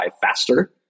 faster